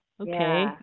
okay